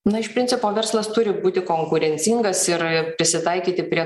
na iš principo verslas turi būti konkurencingas ir prisitaikyti prie